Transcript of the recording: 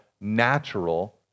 natural